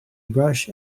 brush